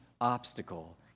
obstacle